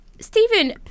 Stephen